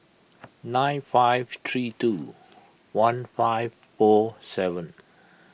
nine five three two one five four seven